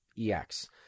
EX